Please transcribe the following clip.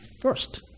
first